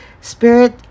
spirit